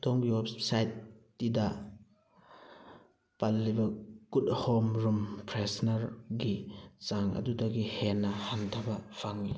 ꯑꯗꯣꯝꯒꯤ ꯋꯦꯕꯁꯥꯏꯠꯇꯨꯗ ꯄꯜꯂꯤꯕ ꯒꯨꯗ ꯍꯣꯝ ꯔꯨꯝ ꯐ꯭ꯔꯦꯁꯅꯔꯒꯤ ꯆꯥꯡ ꯑꯗꯨꯗꯒꯤ ꯍꯦꯟꯅ ꯍꯟꯊꯕ ꯐꯪꯉꯤ